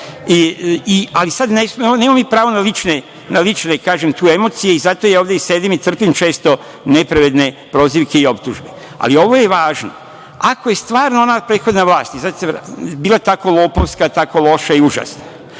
Ali, nemamo mi pravo na lične emocije i zato ja sedim i trpim često nepravedne prozivke i optužbe. Ali, ovo je važno. Ako je stvarno ona prethodna vlast bila tako lopovska, tako loša i užasna,